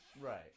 Right